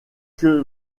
que